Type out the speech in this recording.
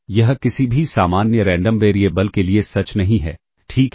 यह किसी भी सामान्य रैंडम वेरिएबल के लिए सच नहीं है ठीक है